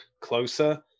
closer